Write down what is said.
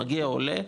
מגיע עולה,